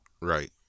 right